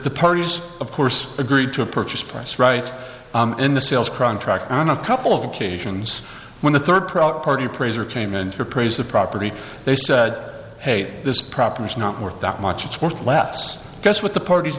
the parties of course agreed to a purchase price right in the sales crown track on a couple of occasions when the third party appraiser came in to appraise the property they said hey this property is not worth that much it's worth less guess what the parties